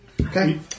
okay